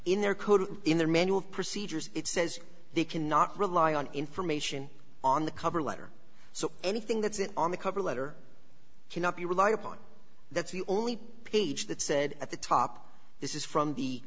in their code in their manual procedures it says they cannot rely on information on the cover letter so anything that is it on the cover letter cannot be relied upon that's the only page that said at the top this is from the